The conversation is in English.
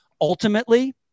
Ultimately